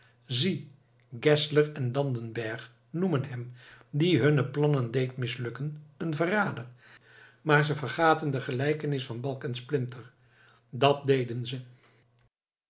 zie geszler en landenberg noemden hem die hunne plannen deed mislukken een verrader maar ze vergaten de gelijkenis van balk en splinter dat deden ze